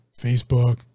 Facebook